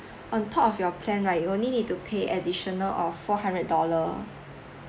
in on top of your plan right you only need to pay additional of four hundred dollar